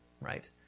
right